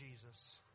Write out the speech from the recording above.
Jesus